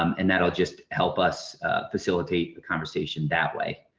um and that'll just help us facilitate the conversation that way.